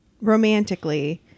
romantically